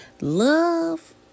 Love